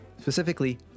Specifically